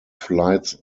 flights